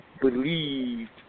believed